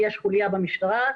יש חוליה במשטרה,